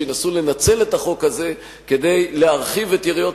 שינסו לנצל את החוק הזה כדי להרחיב את יריעות